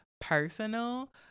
personal